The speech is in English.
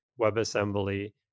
WebAssembly